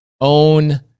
own